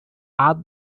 add